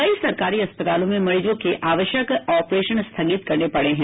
कई सरकारी अस्पतालों में मरीजों के आवश्यक ऑपरेशन स्थगित करने पड़े हैं